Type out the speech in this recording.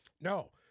No